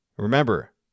Remember